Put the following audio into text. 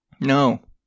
no